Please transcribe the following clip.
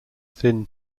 thin